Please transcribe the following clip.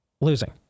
losing